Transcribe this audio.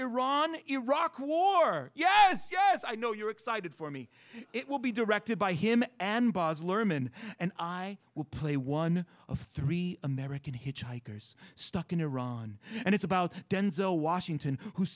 iran iraq war yes yes i know you're excited for me it will be directed by him and bosler men and i will play one of three american hitchhikers stuck in iran and it's about denzel washington who